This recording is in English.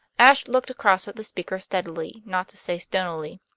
ashe looked across at the speaker steadily, not to say stonily.